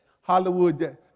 Hollywood